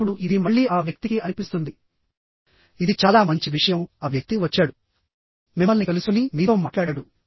ఇప్పుడు ఇది మళ్ళీ ఆ వ్యక్తికి అనిపిస్తుంది ఇది చాలా మంచి విషయం ఆ వ్యక్తి వచ్చాడు మిమ్మల్ని కలుసుకుని మీతో మాట్లాడాడు